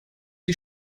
die